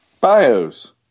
Bios